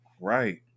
Right